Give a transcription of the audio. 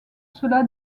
cela